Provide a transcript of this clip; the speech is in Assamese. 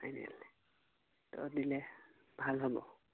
ফাইনেল ত' দিলে ভাল হ'ব